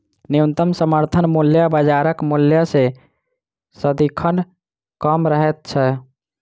न्यूनतम समर्थन मूल्य बाजारक मूल्य सॅ सदिखन कम रहैत छै